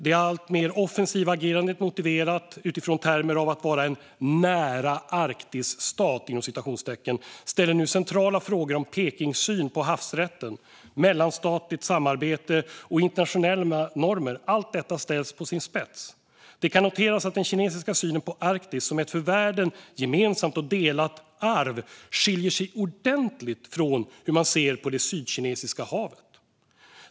Det alltmer offensiva agerandet motiverat utifrån termer av att vara en "nära-Arktisstat" ställer nu centrala frågor om Pekings syn på havsrätten, mellanstatligt samarbete och internationella normer på sin spets. Det kan noteras att den kinesiska synen på Arktis som ett för världen gemensamt och delat arv skiljer sig ordentligt från hur man ser på Sydkinesiska havet.